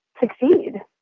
succeed